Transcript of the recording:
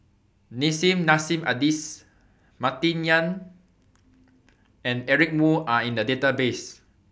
Nissim Nassim Adis Martin Yan and Eric Moo Are in The Database